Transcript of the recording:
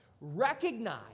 Recognize